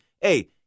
hey